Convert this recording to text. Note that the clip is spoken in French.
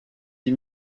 dix